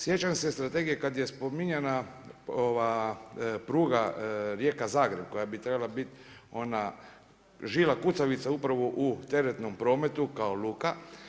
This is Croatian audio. Sjećam se strategije kad je spominjana ova pruga Rijeka – Zagreb koja bi trebala biti ona žila kucavica upravo u teretnom prometu kao luka.